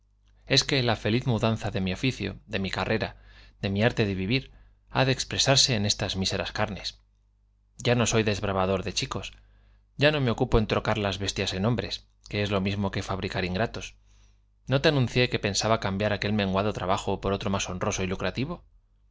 es que la feliz mudanza de mi oficio por de mi carrera de mi arte de v ivir ha de expresarse en estas míseras carnes ya no soy desbravador de chicos ya no me ocupo en trocar las bestias en hom bres que es lo mismo que fabricar ingratos no te anuncié que pensaba cambiar aquel menguado trabajo por otro más honroso y lucrativo